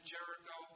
Jericho